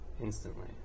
Instantly